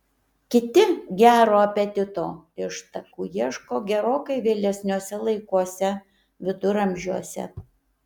kiti gero apetito ištakų ieško gerokai vėlesniuose laikuose viduramžiuose